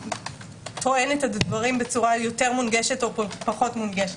שטוענת את הדברים בצורה יותר או פחות מונגשת.